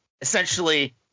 Essentially